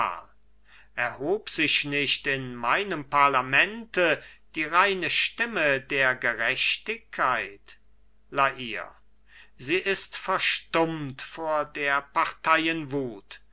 erhob sich nicht in meinem parlamente die reine stimme der gerechtigkeit la hire sie ist verstummt vor der parteien wut